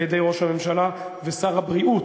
על-ידי ראש הממשלה ושר הבריאות,